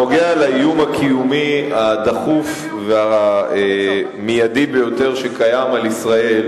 בעניין האיום הקיומי הדחוף והמיידי ביותר שקיים על ישראל,